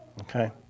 Okay